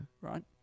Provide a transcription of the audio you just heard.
Right